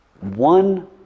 one